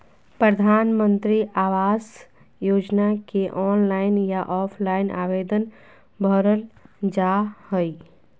प्रधानमंत्री आवास योजना के ऑनलाइन या ऑफलाइन आवेदन भरल जा हइ